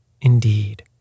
Indeed